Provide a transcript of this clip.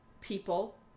people